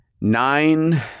Nine